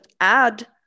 add